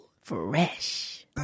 Fresh